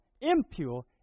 impure